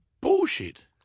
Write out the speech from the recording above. bullshit